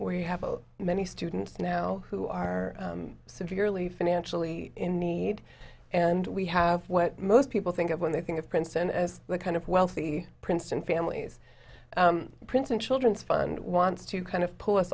you have many students now who are severely financially in need and we have what most people think of when they think of princeton as the kind of wealthy princeton families princeton children's fund wants to kind of put us